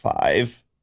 five